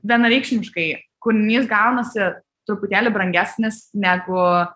vienareikšmiškai kūrinys gaunasi truputėlį brangesnis negu